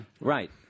Right